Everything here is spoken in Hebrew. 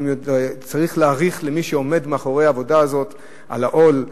צריך להעריך את מי שעומד מאחורי העבודה הזאת על העול,